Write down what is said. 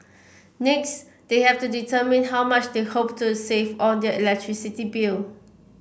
next they have to determine how much they hope to save on their electricity bill